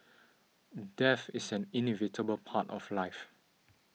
death is an inevitable part of life